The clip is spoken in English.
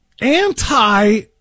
anti